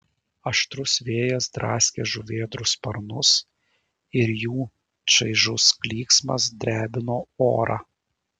aštrus vėjas draskė žuvėdrų sparnus ir jų čaižus klyksmas drebino orą